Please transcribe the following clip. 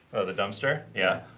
the dumpster? yeah.